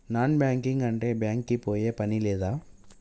Non banking అంటే bank కి పోయే పని లేదా?